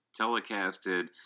telecasted